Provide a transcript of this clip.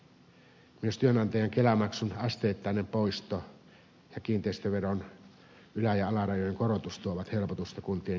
myös työnantajan kelamaksun asteittainen poisto ja kiinteistöveron ylä ja alarajojen korotus tuovat helpotusta kuntien kiperään tilanteeseen